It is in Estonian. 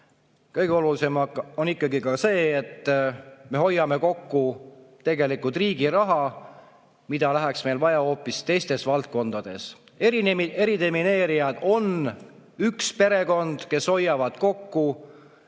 Kõige olulisem on ikkagi ka see, et me hoiame kokku riigi raha, mida meil läheks vaja hoopis teistes valdkondades. Eridemineerijad on üks perekond, kes hoiavad kokku,